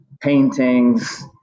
paintings